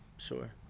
Sure